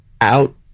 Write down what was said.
out